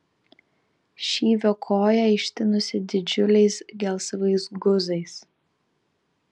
šyvio koja ištinusi didžiuliais gelsvais guzais